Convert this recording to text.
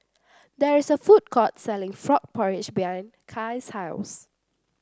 there is a food court selling Frog Porridge behind Kaia's house